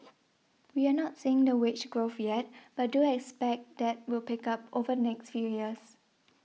we're not seeing the wage growth yet but do expect that will pick up over next few years